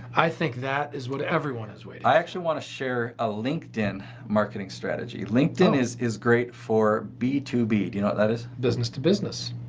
i think that is what everyone is waiting. i actually want to share a linkedin marketing strategy. linkedin is is great for b two b. you know that is? business to business.